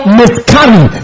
miscarry